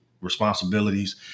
responsibilities